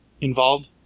involved